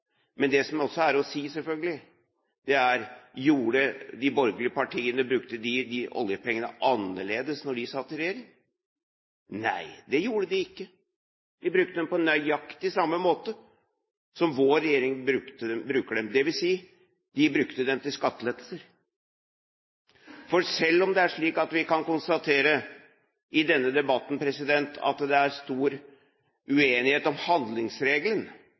Men det som selvfølgelig også er å si, er: Brukte de borgerlige partiene oljepengene annerledes da de satt i regjering? Nei, det gjorde de ikke, de brukte dem på nøyaktig samme måte som vår regjering bruker dem – dvs. de brukte dem til skattelettelser. For selv om vi kan konstatere at det i denne debatten er stor uenighet om handlingsregelen,